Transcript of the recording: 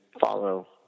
follow